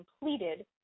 completed